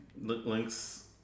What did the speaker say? Links